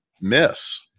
miss